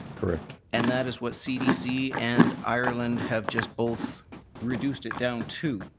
correct. and that is what cdc and ireland have just both reduced it down to.